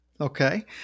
Okay